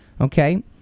okay